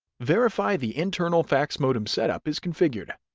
verify the internal fax modem setup is configured.